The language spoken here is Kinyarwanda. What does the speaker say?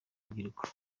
urubyiruko